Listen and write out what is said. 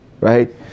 right